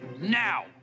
now